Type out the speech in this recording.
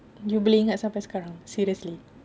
you boleh ingat sampai sekarang seriously